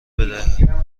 بده